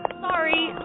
Sorry